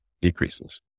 decreases